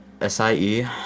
sie